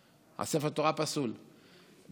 ספר התורה פסול,